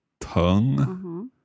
tongue